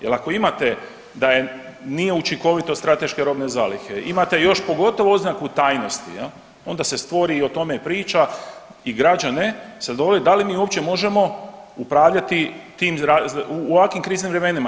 Jer ako imate da je, nije učinkovito strateške robne zalihe, imate još pogotovo oznaku tajnosti, je li, onda se stvori i o tome priča i građane se dovodi da li mi uopće možemo upravljati tim, u ovakvim kriznim vremenima.